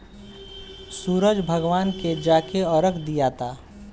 सूरज भगवान के जाके अरग दियाता